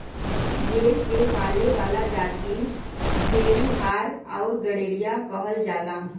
भेड़ के पाले वाला जाति भेड़ीहार आउर गड़ेरिया कहल जाला